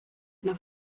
nach